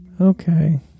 Okay